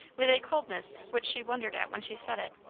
with a coldness which she wondered at when she said it.